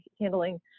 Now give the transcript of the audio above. handling